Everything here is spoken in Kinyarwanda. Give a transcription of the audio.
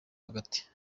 hagati